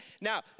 Now